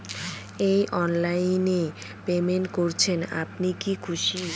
এই অনলাইন এ পেমেন্ট করছেন আপনি কি খুশি?